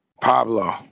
Pablo